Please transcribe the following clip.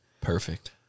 Perfect